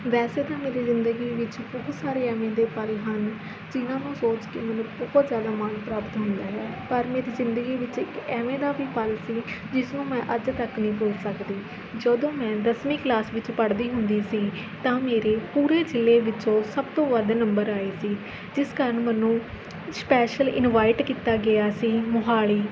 ਵੈਸੇ ਤਾਂ ਮੇਰੀ ਜ਼ਿੰਦਗੀ ਵਿੱਚ ਬਹੁਤ ਸਾਰੇ ਐਵੇਂ ਦੇ ਪਲ ਹਨ ਜਿਨ੍ਹਾਂ ਨੂੰ ਸੋਚ ਕੇ ਮੈਨੂੰ ਬਹੁਤ ਜ਼ਿਆਦਾ ਮਾਣ ਪ੍ਰਾਪਤ ਹੁੰਦਾ ਹੈ ਪਰ ਮੇਰੀ ਜ਼ਿੰਦਗੀ ਵਿੱਚ ਇੱਕ ਐਵੇਂ ਦਾ ਵੀ ਪਲ ਸੀ ਜਿਸਨੂੰ ਮੈਂ ਅੱਜ ਤੱਕ ਨਹੀਂ ਭੁੱਲ ਸਕਦੀ ਜਦੋਂ ਮੈਂ ਦਸਵੀਂ ਕਲਾਸ ਵਿੱਚ ਪੜ੍ਹਦੀ ਹੁੰਦੀ ਸੀ ਤਾਂ ਮੇਰੇ ਪੂਰੇ ਜਿਲ੍ਹੇ ਵਿੱਚੋਂ ਸਭ ਤੋਂ ਵੱਧ ਨੰਬਰ ਆਏ ਸੀ ਜਿਸ ਕਾਰਨ ਮੈਨੂੰ ਸਪੈਸ਼ਲ ਇਨਵਾਈਟ ਕੀਤਾ ਗਿਆ ਸੀ ਮੋਹਾਲੀ